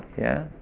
yeah.